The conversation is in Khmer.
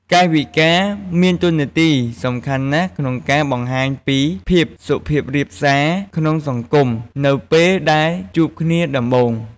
កាយវិការមានតួនាទីសំខាន់ណាស់ក្នុងការបង្ហាញពី ភាពសុភាពរាបសារក្នុងសង្គមនៅពេលដែលជួបគ្នាដំបូង។